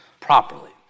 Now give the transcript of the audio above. properly